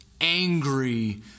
angry